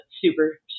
Super